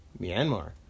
Myanmar